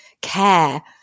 care